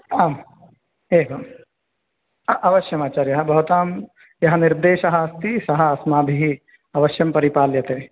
आम् एवम् अ अवश्यम् आचार्याः भवतां यः निर्देशः अस्ति सः अस्माभिः अवश्यं परिपाल्यते